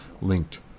linked